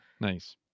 Nice